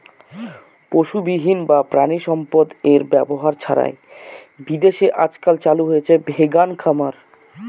পশুবিহীন বা প্রানীসম্পদ এর ব্যবহার ছাড়াই বিদেশে আজকাল চালু হয়েছে ভেগান খামার